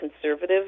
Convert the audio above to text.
conservative